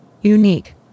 Unique